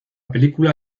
película